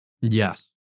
Yes